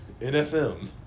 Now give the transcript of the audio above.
NFM